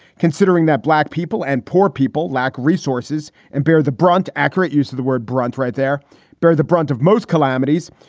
considering that black people and poor people lack resources and bear the brunt, accurate use of the word brunt right there bear the brunt of most calamities.